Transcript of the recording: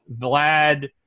Vlad